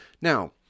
Now